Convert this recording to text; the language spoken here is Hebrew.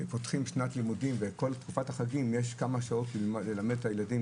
שפותחים שנת לימודים ובכל תקופת החגים יש כמה שעות ללמד את הילדים,